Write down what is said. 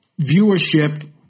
viewership